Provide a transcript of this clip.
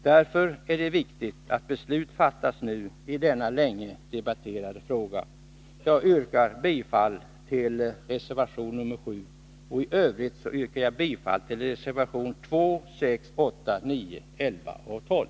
Därför är det viktigt att beslut fattas nu i denna sedan lång tid tillbaka debatterade fråga. Jag yrkar bifall till i första hand reservation 7 samt i övrigt till reservationerna 2, 6, 8, 9, 11 och 12.